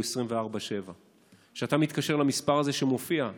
24/7. כשאתה מתקשר למספר הזה שמופיע,